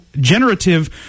generative